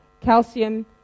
calcium